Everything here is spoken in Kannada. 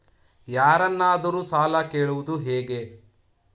ಯಾರನ್ನಾದರೂ ಸಾಲ ಕೇಳುವುದು ಹೇಗೆ?